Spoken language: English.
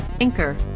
Anchor